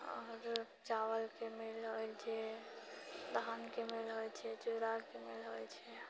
आओर चावलके मिल होइत छै धानके मिल होइत छै चूड़ाके मिल होइत छै